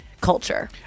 culture